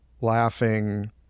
laughing